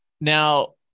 now